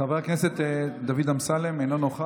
חבר הכנסת דוד אמסלם, אינו נוכח.